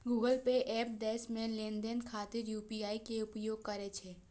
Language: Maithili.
गूगल पे एप देश मे लेनदेन खातिर यू.पी.आई के उपयोग करै छै